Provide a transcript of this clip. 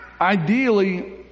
ideally